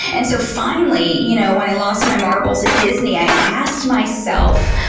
and so finally, you know when i lost my marbles at disney, i asked myself,